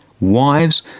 Wives